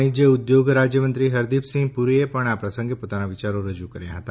વાણિજ્ય અને ઉદ્યોગ રાજ્યમંત્રી હરદીપસિંહ પુરીએ પણ આ પ્રસંગે પોતાના વિયાર રજૂ કર્યા હતા